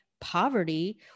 poverty